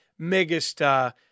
megastar